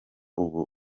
ubu